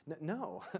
No